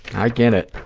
i get it.